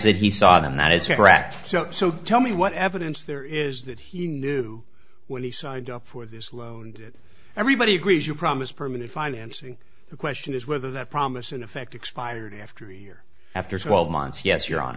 that he saw them that is correct so so tell me what evidence there is that he knew when he signed up for this loan and everybody agrees you promised permanent financing the question is whether that promise in effect expired after a year after twelve months yes your hon